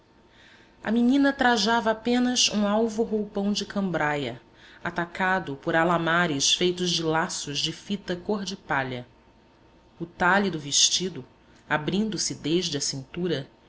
a menina trajava apenas um alvo roupão de cambraia atacado por alamares feitos de laços de fita cor de palha o talhe do vestido abrindo-se desde a cintura